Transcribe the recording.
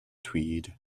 tweed